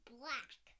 black